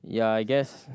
ya I guess